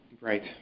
Right